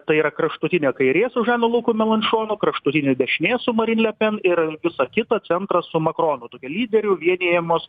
tai yra kraštutinė kairė su žanu luku melanšonu kraštutinė dešinė su marin lepen ir visa kita centras su makronu tokia lyderių vienijamos